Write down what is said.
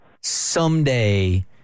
someday